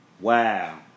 Wow